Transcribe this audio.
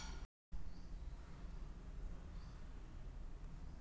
ಮಡಕಿ ಬೇಜ ಇಳುವರಿ ಛಲೋ ಕೊಡ್ತೆತಿ?